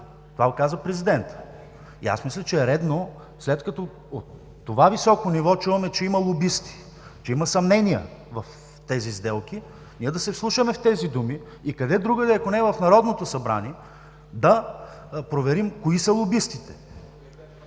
лобисти и авиатори. Мисля за редно, че след като от това високо ниво чуваме, че има лобисти, че има съмнения в тези сделки, ние да се вслушаме в тези думи. Къде другаде, ако не в Народното събрание да проверим кои са лобистите?!